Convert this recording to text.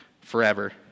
forever